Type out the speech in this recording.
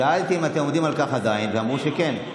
שאלתי אם אתם עומדים על כך עדיין, ואמרו שכן.